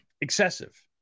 Excessive